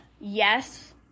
yes